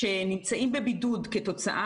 ה נראה בחקירות אפידמיולוגיות שבהן הוגדר